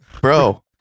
bro